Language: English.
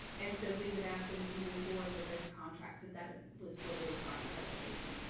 and so we would ask them to move forward with those contracts that that was what the requirement that we're making.